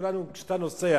כשאתה נוסע